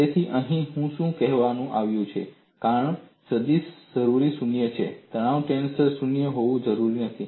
તેથી અહીં શું કહેવામાં આવ્યું છે કે તણાવ સદીશ જરૂરી શૂન્ય છે તણાવ ટેન્સર શૂન્ય હોવું જરૂરી નથી